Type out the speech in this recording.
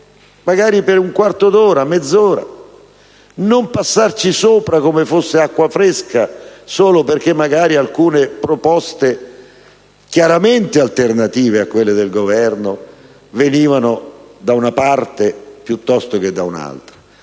magari per un quarto d'ora o per mezz'ora, e a non passarci sopra come fosse acqua fresca, solo perché alcune proposte, chiaramente alternative a quelle del Governo, venivano da una parte piuttosto che da un'altra.